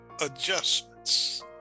adjustments